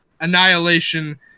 annihilation